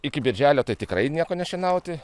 iki birželio tai tikrai nieko nešienauti